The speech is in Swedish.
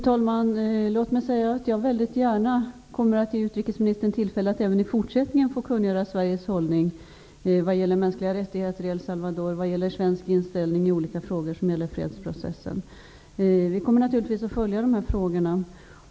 Fru talman! Jag ger väldigt gärna utrikesministern tillfälle att även i fortsättningen kungöra Sveriges hållning vad gäller mänskliga rättigheter i El Salvador och svensk inställning i olika frågor som rör fredsprocessen. Naturligtvis kommer vi att följa de här frågorna.